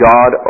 God